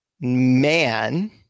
man –